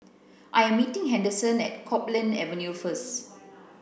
I am meeting Henderson at Copeland Avenue first